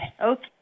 Okay